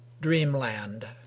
dreamland